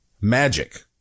magic